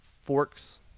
forks